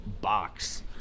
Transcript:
box